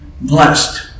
blessed